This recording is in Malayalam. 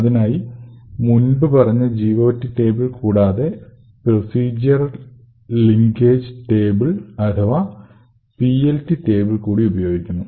അതിനായി മുൻപ് പറഞ്ഞ GOT ടേബിൾ കൂടാതെ പ്രൊസീജിയർ ലിങ്കേജ് ടേബിൾ അഥവാ PLT ടേബിൾ കൂടി ഉപയോഗിക്കുന്നു